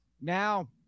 Now